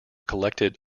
collected